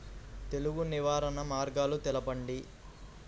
తెగులు నివారణ మార్గాలు తెలపండి?